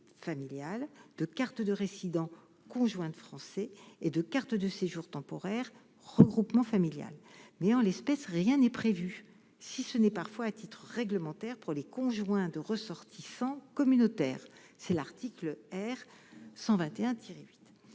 de cartes de résident conjoints de Français et de carte de séjour temporaire regroupement familial mais en l'espèce, rien n'est prévu, si ce n'est parfois à titre réglementaire pour les conjoints de ressortissants communautaires, c'est l'article R. 121